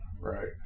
right